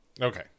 okay